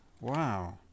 Wow